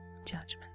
judgment